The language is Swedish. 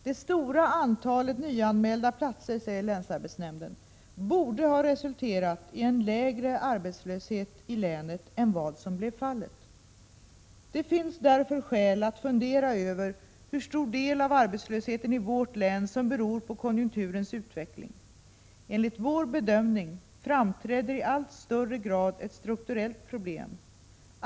Det stora antalet nyanmälda platser, säger länsarbetsnämnden, borde ha resulterat i en lägre arbetslöshet i länet än vad som blev fallet. Det finns därför skäl att fundera över hur stor del av arbetslösheten i vårt län som beror på konjunkturens utveckling. Enligt vår bedömning framträder i allt större grad ett strukturellt problem.